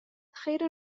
خير